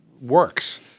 works